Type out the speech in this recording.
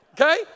Okay